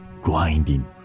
grinding